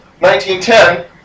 1910